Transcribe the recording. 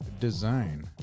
Design